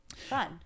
fun